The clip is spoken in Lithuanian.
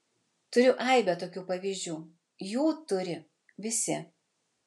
turiu aibę tokių pavyzdžių jų turi visi